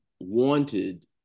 wanted